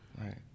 Right